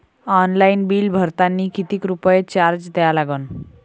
Online bill भरतानी कितीक रुपये चार्ज द्या लागन?